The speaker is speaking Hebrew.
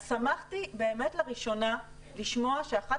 אז שמחתי באמת לראשונה לשמוע שאחת